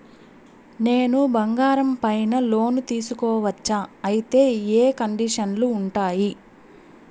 నేను బంగారం పైన లోను తీసుకోవచ్చా? అయితే ఏ కండిషన్లు ఉంటాయి?